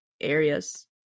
areas